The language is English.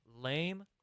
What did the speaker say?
lame